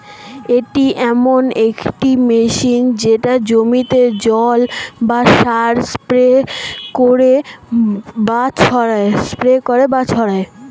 এটি এমন একটি মেশিন যেটা জমিতে জল বা সার স্প্রে করে বা ছড়ায়